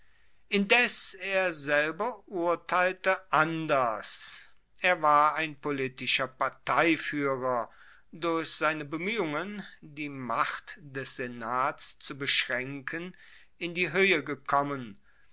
indes er selber urteilte anders er war ein politischer parteifuehrer durch seine bemuehungen die macht des senats zu beschraenken in die hoehe gekommen